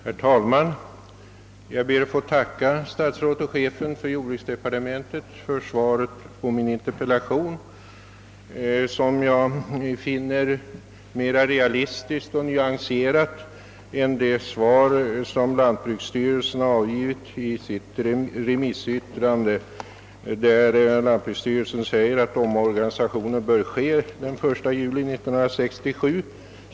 Herr talman! Jag ber att få tacka statsrådet och chefen för jordbruksdepartementet för svaret på min interpellation, vilket jag finner mera realistiskt och nyanserat än det uttalande som lantbruksstyrelsen gjort i sitt remissyttrande, där lantbruksstyrelsen säger att omorganisationen bör ske den 1 juli 1967.